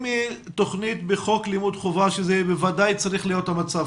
אם היא תוכנית בחוק לימוד חובה שזה בוודאי צריך להיות המצב,